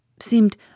seemed